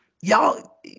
y'all